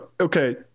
okay